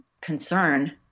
concern